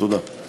תודה.